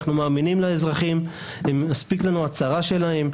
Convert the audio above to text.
אנחנו מאמינים לאזרחים ומספיקה לנו ההצהרה שלהם.